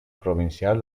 provincial